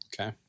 Okay